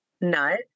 nut